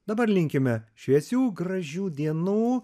dabar linkime šviesių gražių dienų